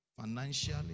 financially